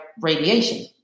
radiation